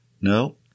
No